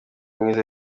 mwiza